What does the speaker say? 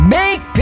make